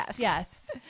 yes